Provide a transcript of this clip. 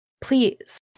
Please